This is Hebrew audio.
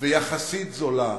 ויחסית זולה,